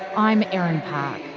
i'm erin parke.